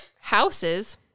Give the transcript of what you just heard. houses